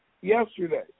yesterday